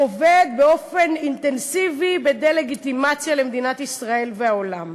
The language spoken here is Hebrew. עובד באופן אינטנסיבי בדה-לגיטימציה למדינת ישראל בעולם.